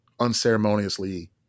unceremoniously